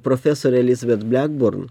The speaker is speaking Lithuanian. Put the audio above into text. profesorė elizabet blegburn